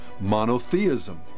monotheism